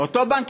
אותו בנק,